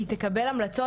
היא תקבל המלצות,